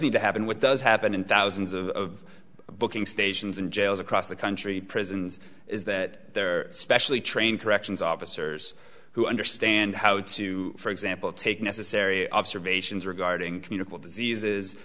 need to happen what does happen in thousands of booking stations and jails across the country prisons is that they're specially trained corrections officers who understand how to for example take necessary observations regarding communicable diseases